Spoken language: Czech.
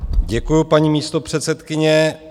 Děkuju, paní místopředsedkyně.